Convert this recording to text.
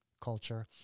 culture